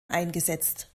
eingesetzt